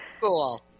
cool